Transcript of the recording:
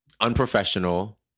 unprofessional